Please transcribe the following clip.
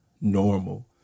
normal